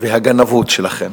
והגנבוּת שלכם.